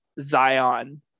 Zion